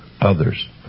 others